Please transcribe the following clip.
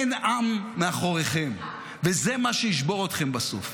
אין עם מאחוריכם, וזה מה שישבור אתכם בסוף.